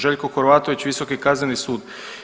Željko Horvatović, Visoki kazneni sud.